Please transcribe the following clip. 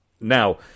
Now